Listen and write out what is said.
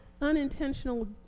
unintentional